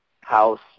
house